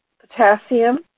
potassium